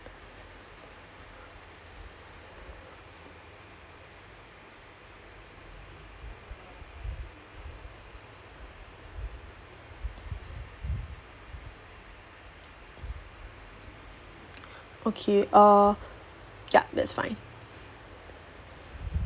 okay err yup that's fine